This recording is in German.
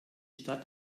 stadt